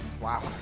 Wow